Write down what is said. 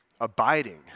abiding